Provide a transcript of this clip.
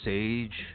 Sage